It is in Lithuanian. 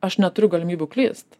aš neturiu galimybių klyst